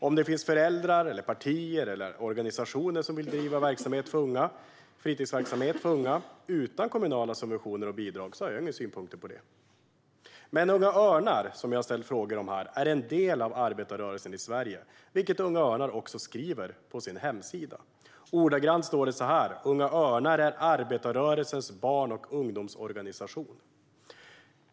Om det finns föräldrar, partier eller organisationer som vill bedriva fritidsverksamhet för unga utan kommunala subventioner och bidrag har jag inga synpunkter på det. Men Unga Örnar, som jag har ställt frågor om här, är en del av arbetarrörelsen i Sverige, vilket Unga Örnar också skriver på sin hemsida. Ordagrant står det så här: "Unga Örnar är arbetarrörelsens barn och ungdomsorganisation".